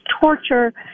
torture